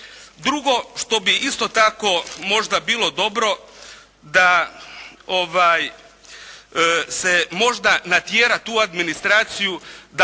Drugo što bi isto tako možda bilo dobro da se možda natjera tu administraciju